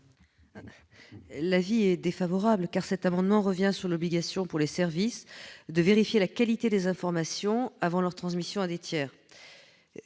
l'avis de la commission ? Cet amendement tend à revenir sur l'obligation, pour les services, de vérifier la qualité des informations avant leur transmission à des tiers.